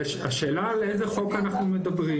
השאלה על איזה חוק אנחנו מדברים,